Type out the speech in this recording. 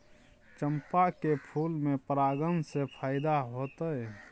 चंपा के फूल में परागण से फायदा होतय?